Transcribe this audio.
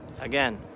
Again